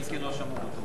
ההצעה להעביר את הצעת חוק